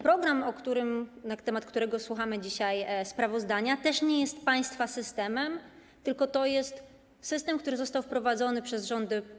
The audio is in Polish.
Program, na temat którego słuchamy dzisiaj sprawozdania, też nie jest państwa systemem, tylko to jest system, który został wprowadzony przez rządy Prawa.